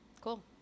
Cool